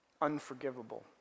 unforgivable